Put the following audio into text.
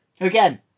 again